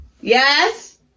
yes